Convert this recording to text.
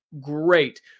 Great